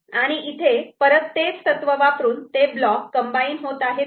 आणि इथे परत तेच तत्व वापरून ते ब्लॉक कंबाईन होत आहेत का